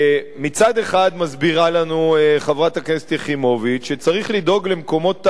מצד אחד מסבירה לנו חברת הכנסת יחימוביץ שצריך לדאוג למקומות תעסוקה,